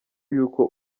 y’uko